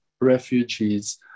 refugees